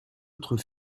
autre